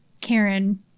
Karen